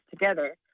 together